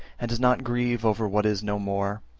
and does not grieve over what is no more,